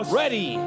ready